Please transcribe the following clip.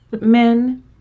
Men